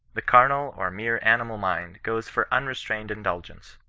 the carnal or mere animal mind goes for unrestrained indulgence.